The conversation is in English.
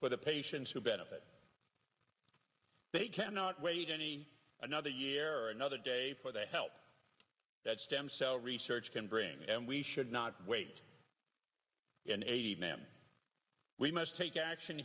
but the patients who benefit they cannot wait any another year or another day for the help that stem cell research can bring and we should not wait in a jam we must take action